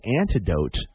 antidote